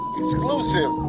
exclusive